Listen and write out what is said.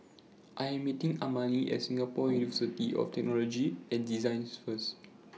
I Am meeting Amani At Singapore University of Technology and Design First